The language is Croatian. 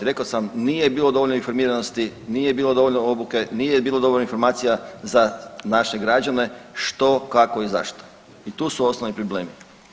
Rekao sam, nije bilo dovoljno informiranosti, nije bilo dovoljno obuke, nije bilo dovoljno informacija za naše građane, što, kako i zašto i tu su osnovni problemi.